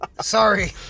Sorry